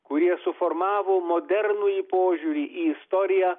kurie suformavo modernųjį požiūrį į istoriją